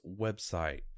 website